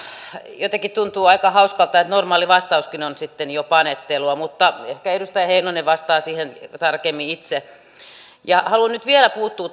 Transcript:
jotenkin tuntuu aika hauskalta että normaali vastauskin on sitten jo panettelua mutta ehkä edustaja heinonen vastaa siihen tarkemmin itse haluan nyt vielä puuttua